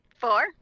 Four